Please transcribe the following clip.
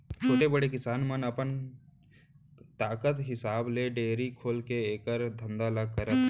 छोटे, बड़े किसान मन अपन ताकत हिसाब ले डेयरी खोलके एकर धंधा ल करत हें